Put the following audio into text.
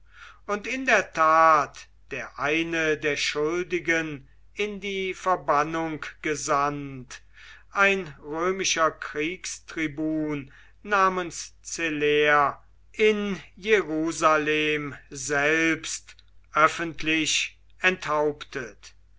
und in der tat der eine der schuldigen in die verbannung gesandt ein römischer kriegstribun namens celer in jerusalem selbst öffentlich enthauptet